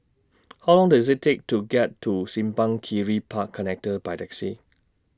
How Long Does IT Take to get to Simpang Kiri Park Connector By Taxi